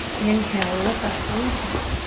inhale, look up, reach up.